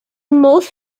most